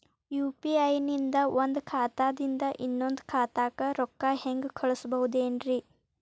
UPI ನಿಂದ ಒಂದ್ ಖಾತಾದಿಂದ ಇನ್ನೊಂದು ಖಾತಾಕ್ಕ ರೊಕ್ಕ ಹೆಂಗ್ ಕಳಸ್ಬೋದೇನ್ರಿ?